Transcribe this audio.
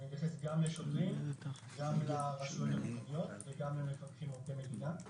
אני מתייחס גם לשוטרים וגם לרשויות המקומיות וגם למפקחים עובדי מדינה.